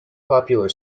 popular